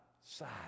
side